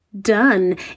done